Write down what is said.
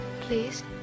Please